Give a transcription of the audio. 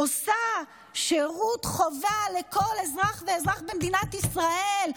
עושה שירות חובה לכל אזרח ואזרח במדינת ישראל,